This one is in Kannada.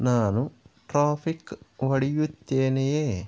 ನಾನು ಟ್ರಾಫಿಕ್ ಹೊಡೆಯುತ್ತೇನೆಯೇ